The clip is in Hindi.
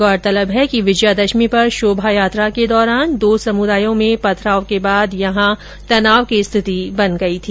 गौरतलब है कि विजयादशमी पर शोभायात्रा को दौरान दो समुदायों में पथराव के बाद यहां तनाव की रिथिति बन गई थी